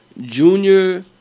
Junior